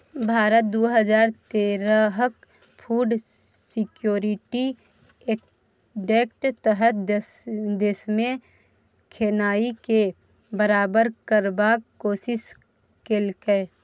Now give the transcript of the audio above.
भारत दु हजार तेरहक फुड सिक्योरिटी एक्टक तहत देशमे खेनाइ केँ बराबर करबाक कोशिश केलकै